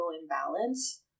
imbalance